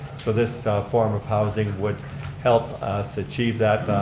so, this form of housing would help us achieve that,